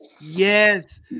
Yes